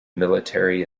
military